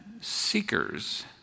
seekers